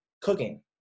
cooking